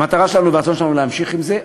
המטרה שלנו והרצון שלנו הם להמשיך עם זה.